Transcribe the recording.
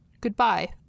Goodbye